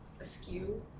askew